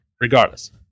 regardless